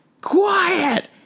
quiet